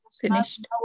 finished